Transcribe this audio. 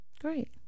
great